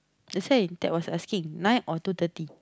that's why that was asking nine or two thirty